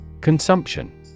Consumption